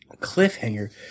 cliffhanger